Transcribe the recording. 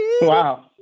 Wow